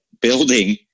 building